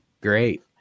great